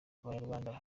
abanyarwanda